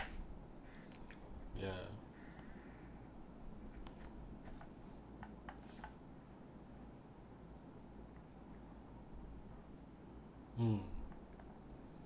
yeah mm